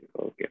okay